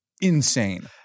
insane